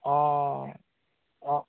অঁ অঁ